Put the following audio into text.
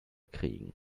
kriegen